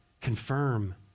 Confirm